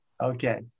Okay